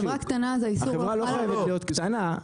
החברה לא חייבת להיות קטנה,